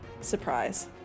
surprise